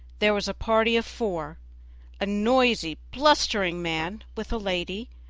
there was a party of four a noisy, blustering man with a lady,